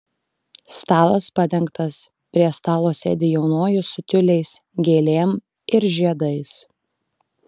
stalas padengtas prie stalo sėdi jaunoji su tiuliais gėlėm ir žiedais